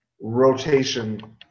rotation